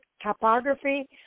topography